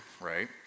right